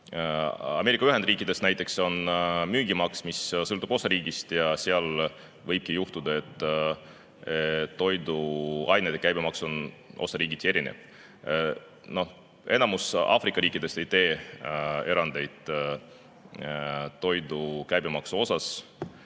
Ameerika Ühendriikides näiteks on müügimaks, mis sõltub osariigist, ja seal võibki juhtuda, et toiduainete käibemaks on osariikides erinev. Enamik Aafrika riikidest ei tee toidu käibemaksule